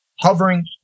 hovering